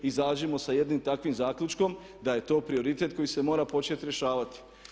Izađimo sa jednim takvim zaključkom da je to prioritet koji se mora početi rješavati.